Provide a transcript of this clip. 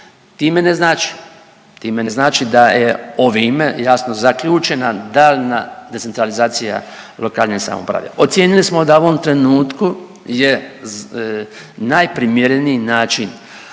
time ne znači da je ovime jasno zaključena daljnja decentralizacija lokalne samouprave. Ocijenili smo da u ovom trenutku je, najprimjereniji način